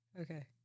Okay